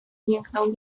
jęknął